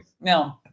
No